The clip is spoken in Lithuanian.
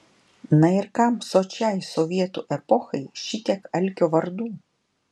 na ir kam sočiai sovietų epochai šitiek alkio vardų